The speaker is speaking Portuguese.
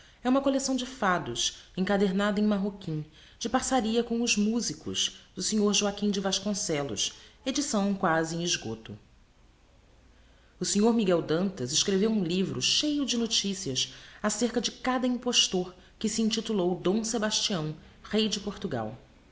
é uma collecção de fados encadernada em marroquim de parçaría com os musicos do snr joaquim de vasconcellos edição quasi em esgoto o snr miguel dantas escreveu um livro cheio de noticias ácerca de cada impostor que se intitulou d sebastião rei de portugal